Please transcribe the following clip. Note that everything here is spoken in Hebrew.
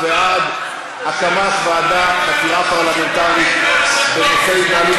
הוא בעד הקמת ועדת חקירה פרלמנטרית בנושא התנהלות